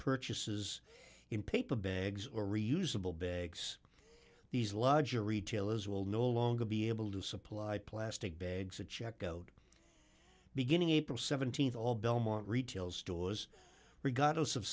purchases in paper bags or reusable bags these larger retailers will no longer be able to supply plastic bags at checkout beginning april th all belmont retail stores regardless of